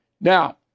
Now